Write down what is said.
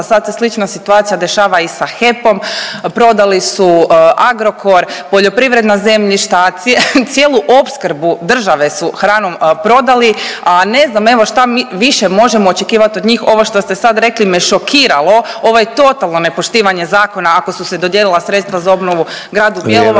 sad se slična situacija dešava i sa HEP-om. Prodali su Agrokor, poljoprivredna zemljišta, cijelu opskrbu države su hranom prodali, a ne znam evo šta više možemo očekivati od njih. Ovo što ste sad rekli me šokiralo, ovo je totalno nepoštivanje zakona ako su se dodijelila sredstva za obnovu gradu Bjelovaru,